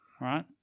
right